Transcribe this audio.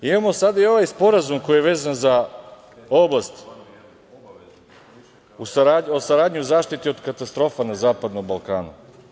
Imamo sada i ovaj sporazum koji je vezan za oblast o saradnji u zaštiti od katastrofa na Zapadnom Balkanu.